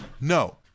No